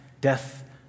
death